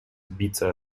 отбиться